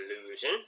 Illusion